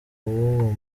w’uwo